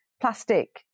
plastic